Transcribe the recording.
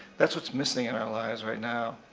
that's what's missing in our lives right now.